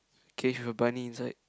okay have a bunny inside